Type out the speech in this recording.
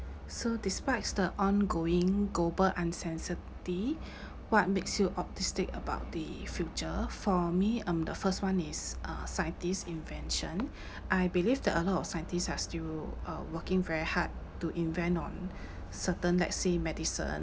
so despites the ongoing global uncertainty what makes you optimistic about the future for me um the first [one] is uh scientist invention I believe that a lot of scientists are still uh working very hard to invent on certain let's say medicine